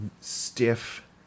stiff